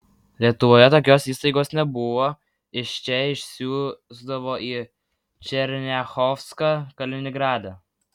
lietuvoje tokios įstaigos nebuvo iš čia siųsdavo į černiachovską kaliningrade